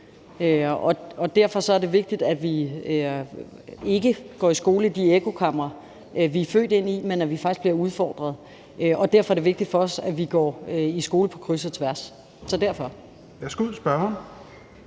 derfor er det vigtigt, at vi ikke går i skole i de ekkokamre, vi er født ind i, men at vi faktisk bliver udfordret. Og derfor er det vigtigt for os, at man går i skole på kryds og tværs,